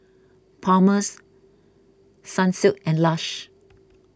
Palmer's Sunsilk and Lush